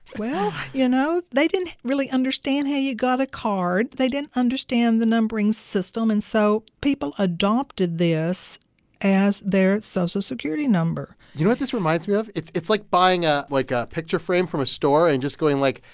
well, you know, they didn't really understand how you got a card. they didn't understand the numbering system. and so people adopted this as their social security number you know what this reminds me of? it's it's like buying, ah like, a picture frame from a store and just going like,